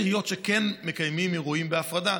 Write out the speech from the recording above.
הרי יש עיריות שכן מקיימים אירועים בהפרדה,